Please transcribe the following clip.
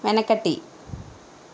వెనకటి